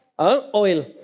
oil